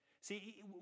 See